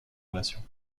relations